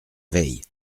veille